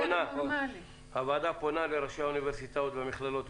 הוועדה פונה לראשי האוניברסיטאות ומהמכללות,